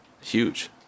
huge